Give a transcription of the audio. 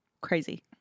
crazy